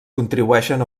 contribueixen